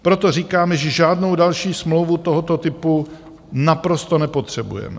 Proto říkáme, že žádnou další smlouvu tohoto typu naprosto nepotřebujeme.